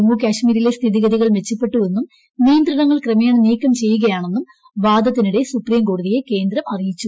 ജമ്മുകശ്മീരിലെ സ്ഥിതിഗതികൾ മെച്ചപ്പെട്ടുവെന്നും നിയന്ത്രണങ്ങൾ ക്രമേണ നീക്കംചെയ്യുകയാണെന്നും വാദത്തിനിടെ സുപ്രീംകോടതിയെ കേന്ദ്രം അറിയിച്ചു